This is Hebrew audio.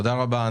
תודה רבה.